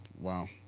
Wow